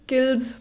Kills